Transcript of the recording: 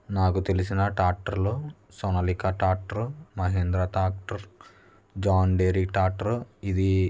నాకు తెలిసిన ట్రాక్టర్లు Sonalika tractor Mahindra tractor John Deere tractor ఇది